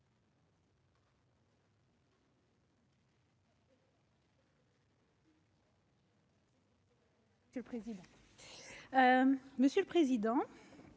Monsieur le président,